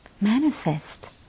manifest